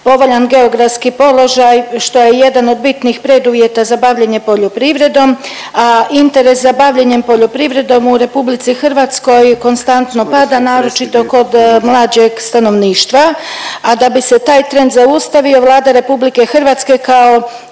povoljan geografski položaj što je jedan od bitnih preduvjeta za bavljenje poljoprivredom, a interes za bavljenjem poljoprivredom u RH konstantno pada naročito kod mlađeg stanovništva, a da bi se taj trend zaustavio Vlada RH kao